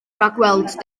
rhagweld